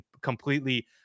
completely